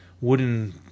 wooden